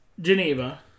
Geneva